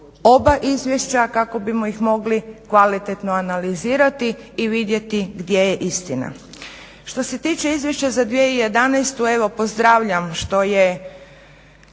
oba izvješća kako bismo ih mogli kvalitetno analizirati i vidjeti gdje je istina. Što se tiče izvješća za 2011. evo pozdravljam što su